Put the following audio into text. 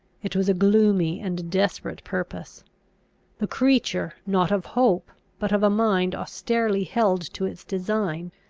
it was a gloomy and desperate purpose the creature, not of hope, but of a mind austerely held to its design,